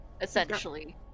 essentially